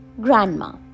Grandma